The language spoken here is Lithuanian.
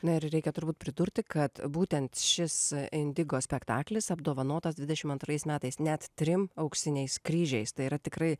na ir reikia turbūt pridurti kad būtent šis indigo spektaklis apdovanotas dvidešim antrais metais net trim auksiniais kryžiais tai yra tikrai